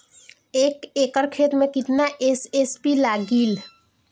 एक एकड़ खेत मे कितना एस.एस.पी लागिल?